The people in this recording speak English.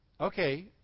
Okay